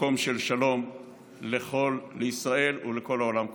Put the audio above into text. מקום של שלום לישראל ולכל העולם כולו.